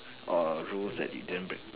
or rules that you didn't break